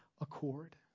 accord